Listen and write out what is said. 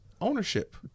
ownership